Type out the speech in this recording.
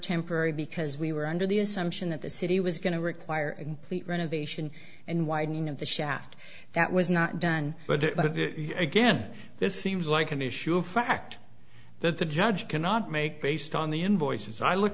because we were under the assumption that the city was going to require the renovation and widening of the shaft that was not done but again this seems like an issue of fact that the judge cannot make based on the invoices i look